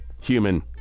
human